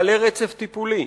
בעלי רצף טיפולי,